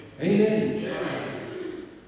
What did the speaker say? Amen